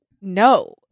No